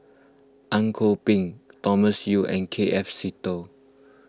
Ang Kok Peng Thomas Yeo and K F Seetoh